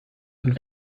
und